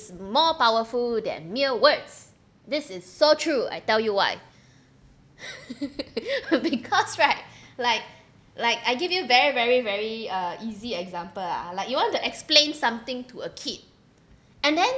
more powerful than mere words this is so true I tell you why because right like like I give you very very very uh easy example ah like you want to explain something to a kid and then